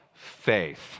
faith